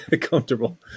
Comfortable